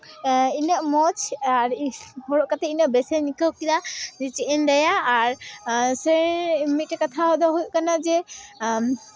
ᱤᱱᱟᱹᱜ ᱢᱚᱡᱽ ᱟᱨ ᱦᱚᱨᱚᱜ ᱠᱟᱛᱮ ᱤᱧᱫᱚ ᱵᱮᱥ ᱤᱧ ᱟᱹᱭᱠᱟᱹᱣ ᱠᱮᱫᱟ ᱪᱮᱫ ᱤᱧ ᱞᱟᱹᱭᱟ ᱟᱨ ᱥᱮ ᱢᱤᱫᱴᱮᱡ ᱠᱟᱛᱷᱟ ᱫᱚ ᱦᱩᱭᱩᱜ ᱠᱟᱱᱟ ᱡᱮ